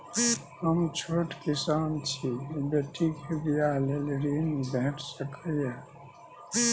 हम छोट किसान छी, बेटी के बियाह लेल ऋण भेट सकै ये?